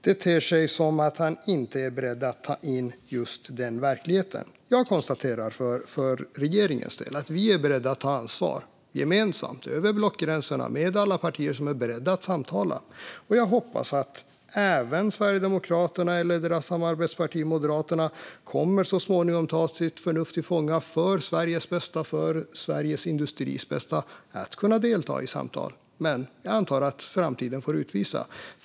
Det ter sig som att han inte är beredd att ta in just den verkligheten. Jag konstaterar för regeringens del att vi är beredda att ta ansvar gemensamt över blockgränserna med alla partier som är beredda att samtala. Jag hoppas att även Sverigedemokraterna eller deras samarbetsparti Moderaterna så småningom kommer att ta sitt förnuft till fånga och delta i samtal för Sveriges bästa och för Sveriges industris bästa. Men jag antar att framtiden får utvisa om det blir så.